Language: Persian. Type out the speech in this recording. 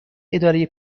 اداره